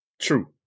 True